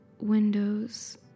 windows